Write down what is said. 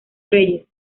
reyes